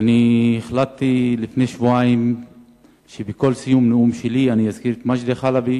אני החלטתי לפני שבועיים שבכל סיום נאום שלי אני אזכיר את מג'די חלבי,